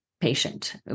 patient